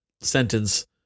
sentence